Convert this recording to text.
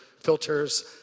filters